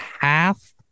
half